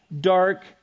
dark